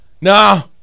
no